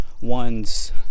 one's